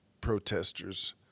protesters